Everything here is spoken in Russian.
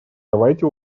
давайте